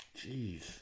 Jeez